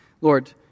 Lord